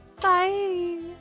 Bye